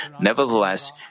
Nevertheless